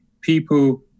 people